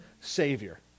Savior